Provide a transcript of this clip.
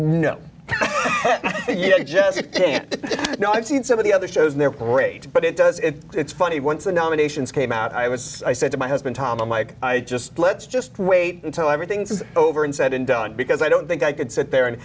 know i've seen some of the other shows they're great but it does it's funny once the nominations came out i was i said to my husband tom i'm like i just let's just wait until everything is over and said and done because i don't think i could sit there and